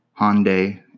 Hyundai